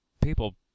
People